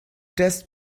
test